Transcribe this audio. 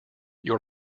your